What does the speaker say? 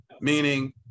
Meaning